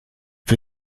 für